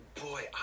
boy